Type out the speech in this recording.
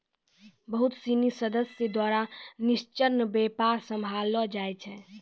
बहुत सिनी सदस्य द्वारा निष्पक्ष व्यापार सम्भाललो जाय छै